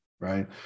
right